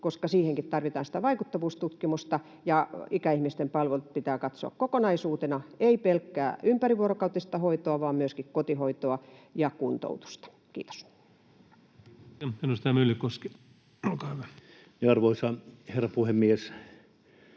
koska siihenkin tarvitaan sitä vaikuttavuustutkimusta. Ikäihmisten palvelut pitää katsoa kokonaisuutena, ei pelkkää ympärivuorokautista hoitoa, vaan myöskin kotihoitoa ja kuntoutusta. — Kiitos. [Speech 312] Speaker: Ensimmäinen varapuhemies